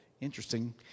interesting